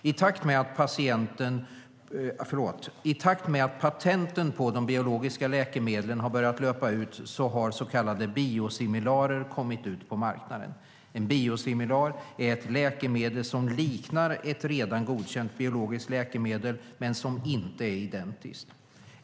I takt med att patenten på de biologiska läkemedlen har börjat löpa ut har så kallade biosimilarer kommit ut på marknaden. En biosimilar är ett läkemedel som liknar ett redan godkänt biologiskt läkemedel men som inte är identiskt.